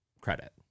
credit